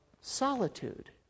solitude